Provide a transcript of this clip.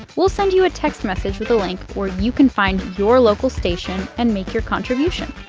we'll send you a text message with a link where you can find your local station and make your contribution.